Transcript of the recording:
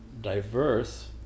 diverse